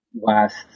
last